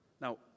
now